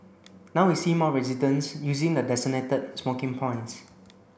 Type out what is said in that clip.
now we see more residents using the designated smoking points